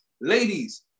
ladies